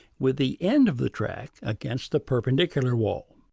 with the end of the track against the perpendicular wall.